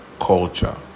culture